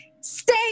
Stay